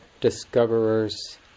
discoverers